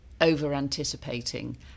over-anticipating